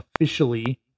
officially